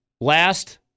last